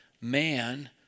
man